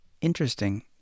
interesting